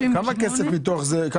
בסך